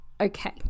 okay